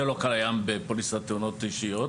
זה לא קיים בפוליסת תאונות אישיות.